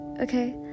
Okay